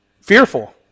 fearful